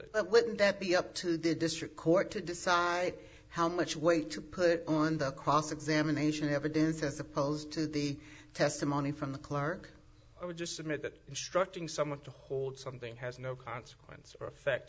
it wouldn't that be up to the district court to decide i how much weight to put on the cross examination evidence as opposed to the testimony from the clerk i would just submit that instructing someone to hold something has no consequence or effect